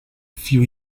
few